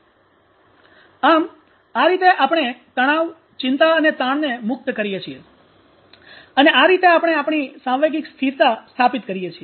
આમ આ રીતે આપણે તણાવ ચિંતા અને તાણને મુક્ત કરીએ છીએ અને આ રીતે આપણે આપણી સાંવેગિક સ્થિરતા સ્થાપિત કરીએ છીએ